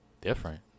different